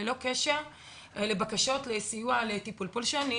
ללא קשר לבקשות לסיוע לטיפול פולשני